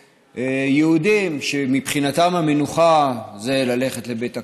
שליהודים שמבחינתם המנוחה היא ללכת לבית הכנסת,